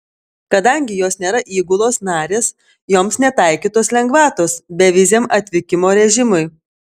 kadangi jos nėra įgulos narės joms netaikytos lengvatos beviziam atvykimo režimui